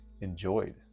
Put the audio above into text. enjoyed